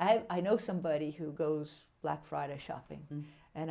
i know somebody who goes black friday shopping and